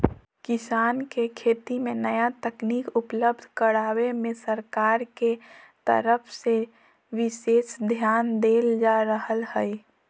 किसान के खेती मे नया तकनीक उपलब्ध करावे मे सरकार के तरफ से विशेष ध्यान देल जा रहल हई